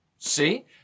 See